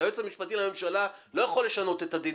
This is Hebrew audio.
היועץ המשפטי לממשלה לא יכול לשנות את הדין,